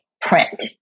Print